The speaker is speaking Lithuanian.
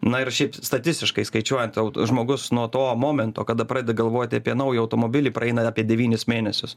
na ir šiaip statistiškai skaičiuojant aut žmogus nuo to momento kada pradeda galvoti apie naują automobilį praeina apie devynis mėnesius